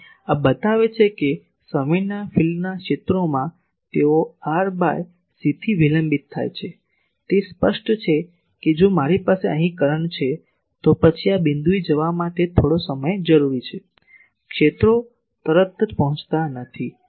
તેથી આ બતાવે છે કે સમયના ફિલ્ડના ક્ષેત્રોમાં તેઓ r બાય c થી વિલંબિત થાય છે તે સ્પષ્ટ છે કે જો મારી પાસે અહીં કરંટ છે તો પછી આ બિંદુએ જવા માટે થોડો સમય જરૂરી છે ક્ષેત્રો તરત જ પહોંચતા નથી